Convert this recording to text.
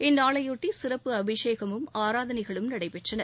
இந்நாளையொட்டி சிறப்பு அபிஷேகமும் ஆராதனைகளும் நடைபெற்றன